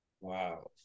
Wow